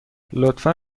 لطفا